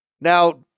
Now